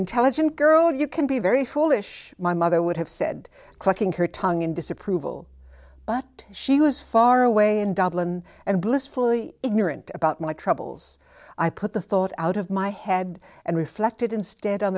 intelligent girl you can be very foolish my mother would have said clicking her tongue in disapproval but she was far away in dublin and blissfully ignorant about my troubles i put the thought out of my head and reflected instead on